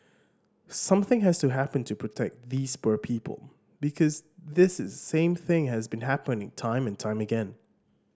something has to happen to protect these poor people because this is same thing has been happening time and time again